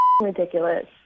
ridiculous